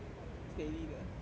steady 的